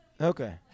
Okay